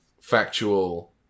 factual